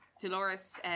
Dolores